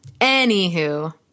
Anywho